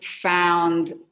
found